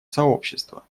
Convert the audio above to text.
сообщества